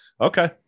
Okay